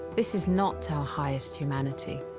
this is not our highest humanity,